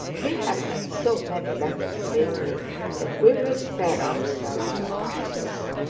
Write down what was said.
we have had so many letters lately that we will spare ourselves these.